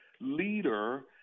leader